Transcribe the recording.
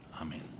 Amen